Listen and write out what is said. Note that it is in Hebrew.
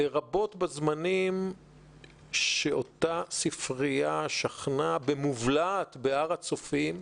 זאת לרבות בזמנים שאותה ספרייה שכנה במובלעת בהר הצופים,